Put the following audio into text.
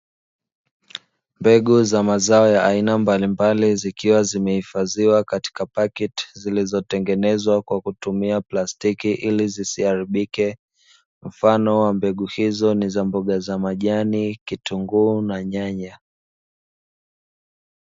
Mbegu za mazao ya aina mbalimbali zikiwa zimehifadhiwa katika pakiti zilizotengenezwa kwa kutumia plastiki ili zisiharibike, mfano wa mbegu hizo ni za mboga za majani, kitunguu na nyanya.